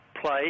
play